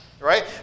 Right